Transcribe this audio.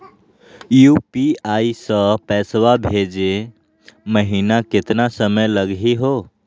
UPI स पैसवा भेजै महिना केतना समय लगही हो?